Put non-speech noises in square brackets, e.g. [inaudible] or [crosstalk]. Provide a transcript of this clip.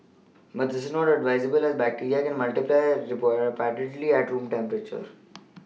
but this is not advisable as bacteria can multiply [unintelligible] rapidly at room temperature